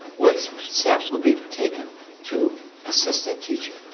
what steps would be taken to assist that teacher?